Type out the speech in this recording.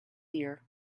ear